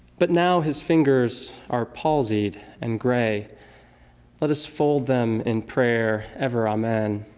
but now his fingers are palsied and gray let us fold them in prayer ever amen.